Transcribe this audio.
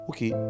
Okay